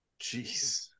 Jeez